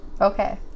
okay